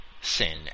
sin